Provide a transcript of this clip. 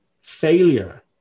failure